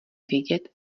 vědět